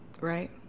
Right